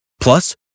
Plus